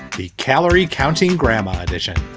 the calorie counting grandma edition.